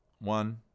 One